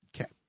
Okay